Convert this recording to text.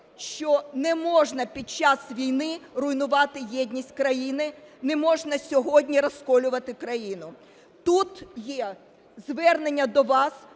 що не можна під час війни руйнувати єдність країни, не можна сьогодні розколювати країну. Тут є звернення до вас